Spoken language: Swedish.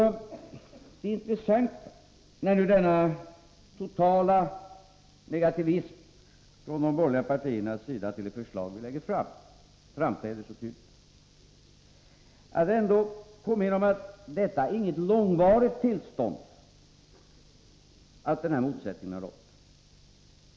När nu denna totala negativism från de borgerliga partierna till det förslag vi lägger fram framträder så tydligt som den gör, vill jag påminna om att denna motsättning inte har rått under någon lång tid.